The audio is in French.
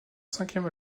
cinquième